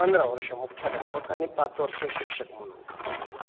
पंधरा वर्षं मुख्याध्यापक आणि पाच वर्षं शिक्षक म्हणून काम केलं आहे